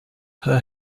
her